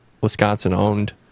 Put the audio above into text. Wisconsin-owned